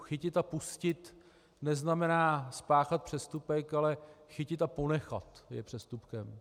Chytit a pustit neznamená spáchat přestupek, ale chytit a ponechat je přestupkem.